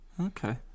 Okay